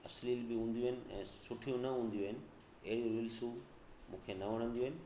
अश्लील बि हूंदियूं आहिनि ऐं सुठियूं न हूंदियूं आहिनि अहिड़ियूं रील्सूं मूंखे न वणंदियूं आहिनि